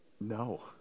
No